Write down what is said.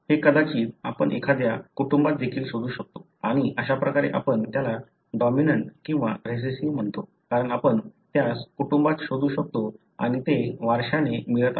हे कदाचित आपण एखाद्या कुटुंबात देखील शोधू शकता आणि अशाप्रकारे आपण त्याला डॉमिनंट किंवा रिसेस्सीव्ह म्हणतो कारण आपण त्यास कुटुंबात शोधू शकतो आणि ते वारशाने मिळत आहे